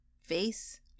face